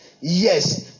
yes